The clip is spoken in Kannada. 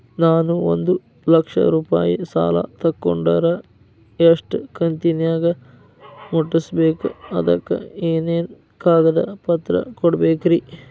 ನಾನು ಒಂದು ಲಕ್ಷ ರೂಪಾಯಿ ಸಾಲಾ ತೊಗಂಡರ ಎಷ್ಟ ಕಂತಿನ್ಯಾಗ ಮುಟ್ಟಸ್ಬೇಕ್, ಅದಕ್ ಏನೇನ್ ಕಾಗದ ಪತ್ರ ಕೊಡಬೇಕ್ರಿ?